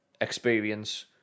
experience